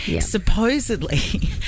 supposedly